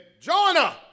Jonah